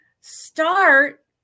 start